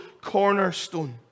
cornerstone